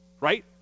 right